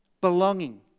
belonging